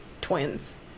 twins